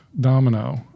domino